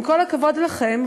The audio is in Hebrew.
עם כל הכבוד לכם,